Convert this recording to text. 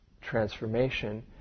transformation